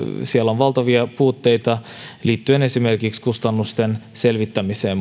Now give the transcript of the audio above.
siellä on valtavia puutteita liittyen esimerkiksi kustannusten selvittämiseen